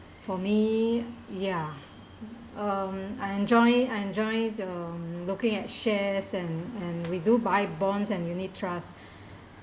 for me ya um I enjoy I enjoy um looking at shares and and we do buy bonds and unit trust